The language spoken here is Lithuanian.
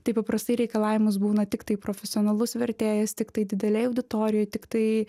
tai paprastai reikalavimas būna tiktai profesionalus vertėjas tiktai didelėj auditorijoj tiktai